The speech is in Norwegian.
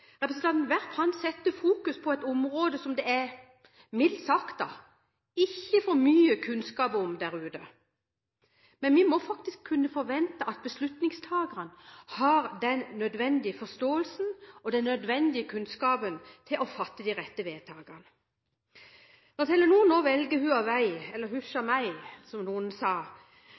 setter fokus på et område som det – mildt sagt – ikke er for mye kunnskap om der ute. Vi må faktisk kunne forvente at beslutningstakerne har den nødvendige forståelsen og kunnskapen til å fatte de rette vedtakene. Når Telenor nå velger Huawei – eller «husjameg», som noen sa